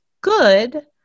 good